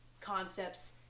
concepts